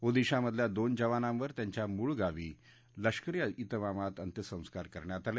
ओदिशामधल्या दोन जवानांवर त्यांच्या मूळ गावी लष्करी त्रिमामात अंत्यसंस्कार करण्यात आले